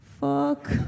fuck